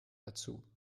dazu